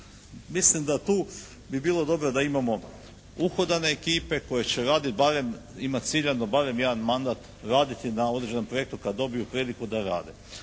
Mislim da tu bi bilo dobro da imamo uhodane ekipe koje će raditi barem, imati ciljano barem jedan mandata raditi na određenom projektu kad dobiju priliku da rade.